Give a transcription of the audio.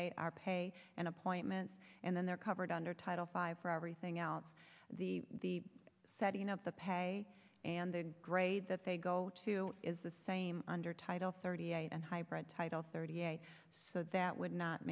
eight are pay and appointments and then they're covered under title five for everything else the setting up the pay and the grade that they go to is the same under title thirty eight and hybrid title thirty eight so that would not